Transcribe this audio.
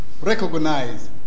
recognize